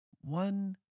One